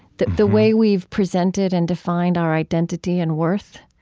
the the way we've presented and defined our identity and worth